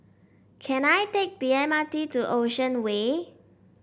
can I take the M R T to Ocean Way